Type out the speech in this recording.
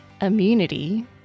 Immunity